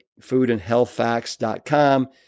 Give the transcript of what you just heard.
foodandhealthfacts.com